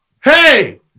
Hey